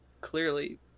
clearly